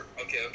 okay